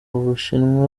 bushinwa